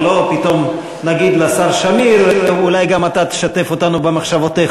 ולא נגיד פתאום לשר שמיר: אולי גם אתה תשתף אותנו במחשבותיך.